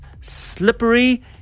slippery